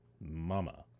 mama